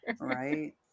right